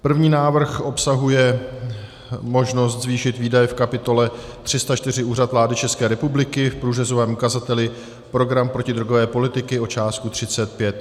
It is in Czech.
První návrh obsahuje možnost zvýšit výdaje v kapitole 304 Úřad vlády České republiky v průřezovém ukazateli program protidrogové politiky o částku 35 mil.